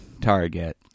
target